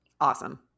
Awesome